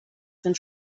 sind